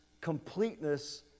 completeness